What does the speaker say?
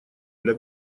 для